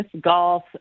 golf